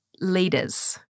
leaders